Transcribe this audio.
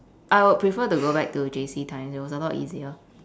I would prefer to go back to J_C times it was a lot easier